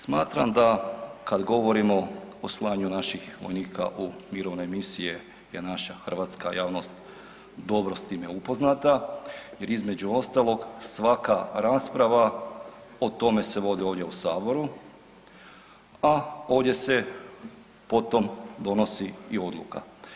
Smatram da kad govorimo o slanju naših vojnika u mirovne misije je naša hrvatska javnost dobro s time upoznata jer između ostalog, svaka rasprava o tome se vodi ovdje u Saboru, a ovdje se potom donosi i odluka.